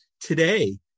today